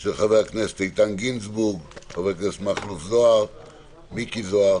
של חבר הכנסת איתן גינזבורג, חבר הכנסת מיקי זוהר,